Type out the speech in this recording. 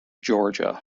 georgia